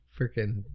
freaking